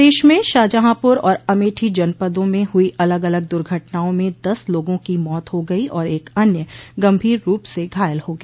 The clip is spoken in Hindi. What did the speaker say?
प्रदेश में शाहजहांपुर और अमेठी जनपदों में हुई अलग अलग दुर्घटनाओं में दस लोगों की मौत हो गई और एक अन्य गंभीर रूप से घायल हो गया